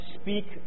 speak